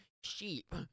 sheep